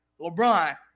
LeBron